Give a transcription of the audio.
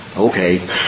okay